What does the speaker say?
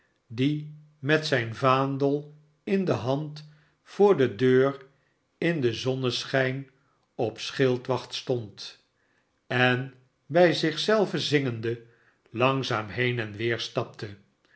die met zijn vaandel in de hand voor de deur in den zonneschijn op schildwacht stond en bij zich zelven zingende langzaam heen en weer stapte